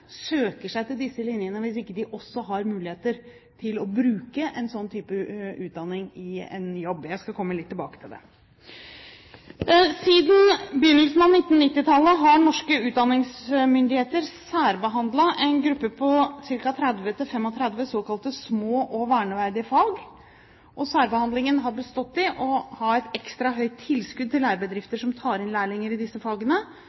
søker seg til disse linjene hvis de ikke også har muligheter til å bruke en sånn type utdanning i en jobb. Jeg skal komme litt tilbake til det. Siden begynnelsen av 1990-tallet har norske utdanningsmyndigheter særbehandlet en gruppe på 30–35 såkalte små og verneverdige fag. Særbehandlingen har bestått i å ha et ekstra høyt tilskudd til lærebedrifter som tar inn lærlinger i disse fagene.